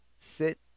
sit